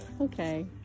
Okay